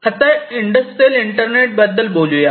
आता industrial internet बद्दल बोलूया